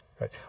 right